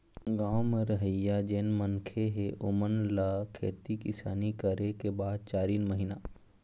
गाँव म रहइया जेन मनखे हे ओेमन ल खेती किसानी करे के बाद चारिन महिना